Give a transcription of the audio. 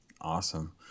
Awesome